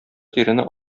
тирене